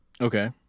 Okay